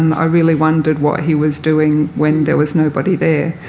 um ah really wondered what he was doing when there was nobody there.